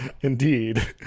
indeed